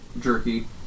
jerky